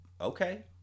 Okay